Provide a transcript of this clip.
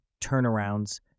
turnarounds